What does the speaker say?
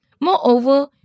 Moreover